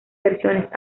versiones